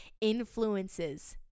influences